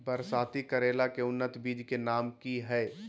बरसाती करेला के उन्नत बिज के नाम की हैय?